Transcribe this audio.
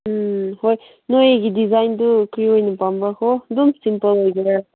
ꯎꯝ ꯍꯣꯏ ꯅꯣꯏꯒꯤ ꯗꯤꯖꯥꯏꯟꯗꯨ ꯀꯔꯤ ꯑꯣꯏꯅ ꯄꯥꯝꯕ꯭ꯔꯥꯀꯣ ꯑꯗꯨꯝ ꯁꯤꯝꯄꯜ ꯑꯣꯏꯒꯦꯔꯥ